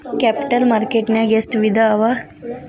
Capital market ನ್ಯಾಗ್ ಎಷ್ಟ್ ವಿಧಾಅವ?